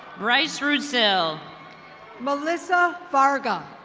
bryce russil. melissa varga.